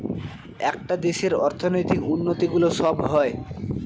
একটা দেশের অর্থনৈতিক উন্নতি গুলো সব হয়